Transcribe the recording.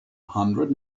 hundred